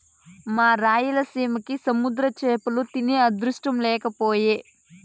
మా రాయలసీమకి సముద్ర చేపలు తినే అదృష్టం లేకపాయె